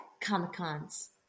Comic-Cons